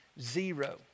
zero